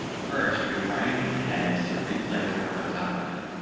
first rewinding head to replay your work on top of it.